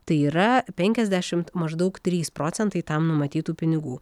tai yra penkiasdešimt maždaug trys procentai tam numatytų pinigų